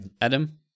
Adam